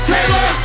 Taylor